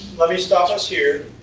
let me stop us here.